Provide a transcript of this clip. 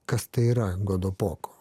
kas tai yra godopoko